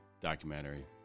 documentary